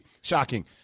Shocking